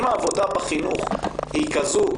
אם העבודה בחינוך היא כזו,